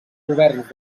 governs